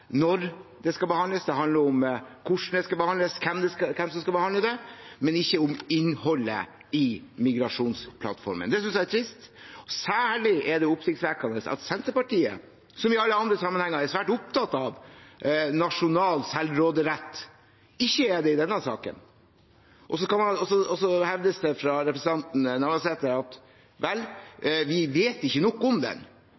det skal behandles, om hvem som skal behandle det – men ikke om innholdet i migrasjonsplattformen. Det synes jeg er trist. Særlig er det oppsiktsvekkende at Senterpartiet, som i alle andre sammenhenger er svært opptatt av nasjonal selvråderett, ikke er det i denne saken. Det hevdes av representanten Navarsete at vel, vi vet ikke nok om den. Men da har man den